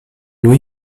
new